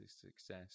success